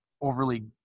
overly